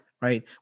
right